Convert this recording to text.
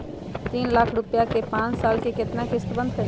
तीन लाख रुपया के पाँच साल के केतना किस्त बनतै?